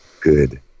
Good